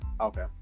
okay